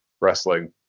Wrestling